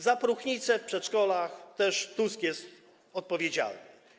Za próchnicę w przedszkolach też Tusk jest odpowiedzialny.